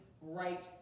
right